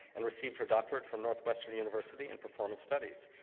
and received her doctorate from northwestern university in performance studies.